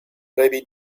baby